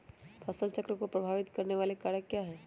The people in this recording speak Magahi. फसल चक्र को प्रभावित करने वाले कारक क्या है?